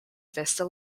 vista